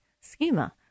schema